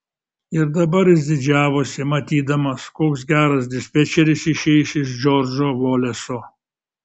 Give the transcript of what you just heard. ir dabar jis didžiavosi matydamas koks geras dispečeris išeis iš džordžo voleso